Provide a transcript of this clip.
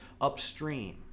upstream